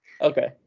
Okay